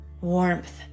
warmth